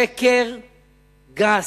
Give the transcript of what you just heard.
שקר גס,